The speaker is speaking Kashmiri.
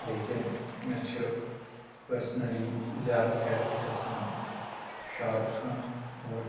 لیکن مےٚ چھُ پرسنلی زیادٕ فیورِٹ گژھان شاہ رُخ خان اور